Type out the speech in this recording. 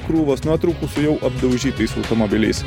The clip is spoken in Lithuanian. krūvos nuotraukų su jau apdaužytais automobiliais